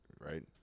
Right